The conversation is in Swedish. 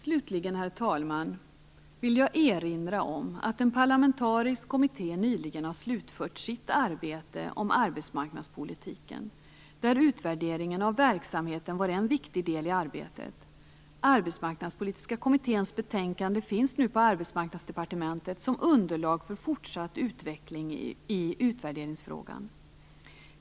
Slutligen, herr talman, vill jag erinra om att en parlamentarisk kommitté nyligen har slutfört sitt arbete om arbetsmarknadspolitiken, där utvärderingen av verksamheten var en viktig del i arbetet. Arbetsmarknadspolitiska kommitténs betänkande finns nu på Arbetsmarknadsdepartementet som underlag för fortsatt utveckling i utvärderingsfrågan.